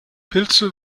pilze